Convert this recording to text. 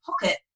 pocket